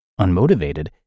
unmotivated